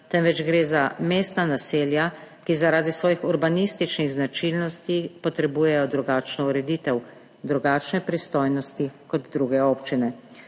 temveč gre za mestna naselja, ki zaradi svojih urbanističnih značilnosti potrebujejo drugačno ureditev, drugačne pristojnosti kot druge občine,